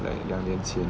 like 两年前